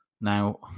Now